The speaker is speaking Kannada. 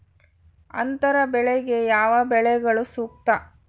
ಅಂತರ ಬೆಳೆಗೆ ಯಾವ ಬೆಳೆಗಳು ಸೂಕ್ತ?